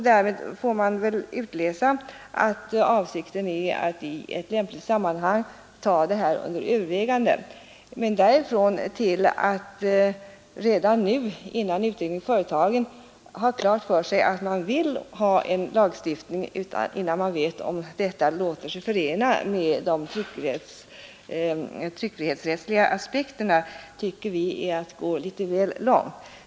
Därav får man väl utläsa att avsikten är att i ett lämpligt sammanhang ta upp denna fråga till övervägande. Men därifrån till att redan nu ha en klar uppfattning om att vi bör ha en lagstiftning, innan utredningen är genomförd och innan man vet om en lagstiftning låter sig förena med de tryckfrihetsrättsliga aspekterna, tycker vi är att gå litet väl långt.